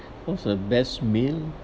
what's the best meal